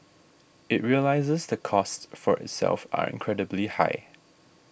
it realises the costs for itself are incredibly high